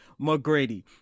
McGrady